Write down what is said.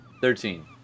Thirteen